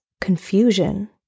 confusion